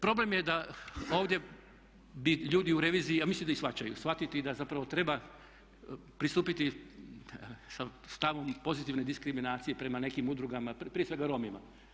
Problem je da ovdje bi ljudi u reviziji, a mislim da i shvaćaju, shvatiti da zapravo treba pristupiti sa stavom pozitivne diskriminacije prema nekim udrugama prije svega Romima.